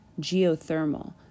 geothermal